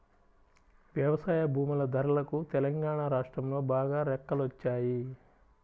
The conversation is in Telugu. వ్యవసాయ భూముల ధరలకు తెలంగాణా రాష్ట్రంలో బాగా రెక్కలొచ్చాయి